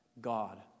God